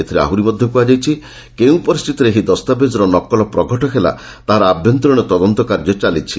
ଏଥିରେ ଆହୁରି ମଧ୍ୟ କୁହାଯାଇଛି କେଉଁ ପରିସ୍ଥିତିରେ ଏହି ଦସ୍ତାବେଜ୍ର ନକଲ ପ୍ରଘଟ ହେଲା ତାହାର ଆଭ୍ୟନ୍ତରୀଣ ତଦନ୍ତ କାର୍ଯ୍ୟ ଚାଲିଛି